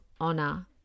honor